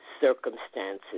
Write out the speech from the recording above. circumstances